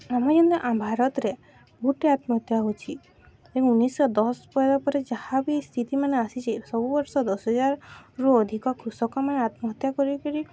ଆମେ ଯେନ୍ତା ଆମ ଭାରତ୍ରେ ବହୁତ୍ଟେ ଆତ୍ମହତ୍ୟା ହେଉଛିି ଏବଂ ଉନେଇଶହ ଦଶ ପରେ ପରେ ଯାହା ବିି ସ୍ଥିତି ମାନେ ଆସିଛି ସବୁ ବର୍ଷ ଦଶ ହଜାରରୁ ଅଧିକ କୃଷକମାନେ ଆତ୍ମହତ୍ୟା କରିକିରି